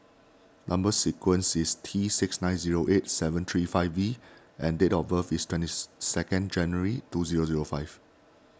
Number Sequence is T six nine zero eight seven three five V and date of birth is twenty second January two zero zero five